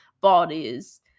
bodies